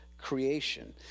creation